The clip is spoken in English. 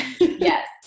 Yes